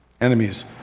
Enemies